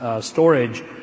storage